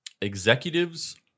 executives